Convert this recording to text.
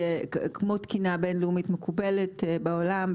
כמו תקינה בין-לאומית מקובלת בעולם.